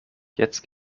jetzt